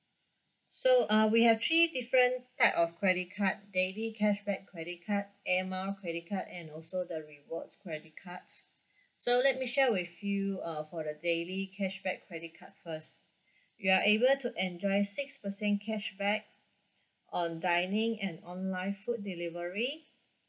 so uh we have three different type of credit card daily cashback credit card air mile credit card and also the rewards credit cards so let me share with you uh for the daily cashback credit card first you are able to enjoy nice six percent cashback on dining and online food delivery